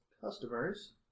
customers